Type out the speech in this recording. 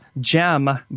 gem